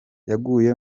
yaguye